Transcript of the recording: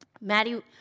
Maddie